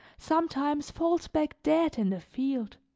sometimes falls back dead in the field.